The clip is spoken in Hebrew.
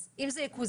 אז אם זה יקוזז,